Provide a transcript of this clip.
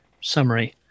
summary